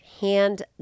hand